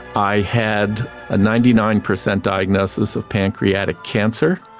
i had a ninety nine percent diagnosis of pancreatic cancer,